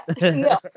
No